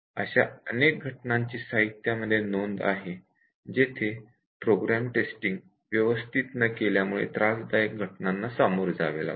अशा अनेक घटनांची साहित्यामध्ये नोंद आहे जेथे प्रोग्राम टेस्टिंग व्यवस्थित न केल्यामुळे त्रासदायक घटनांना सामोरे जावे लागले